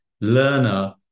learner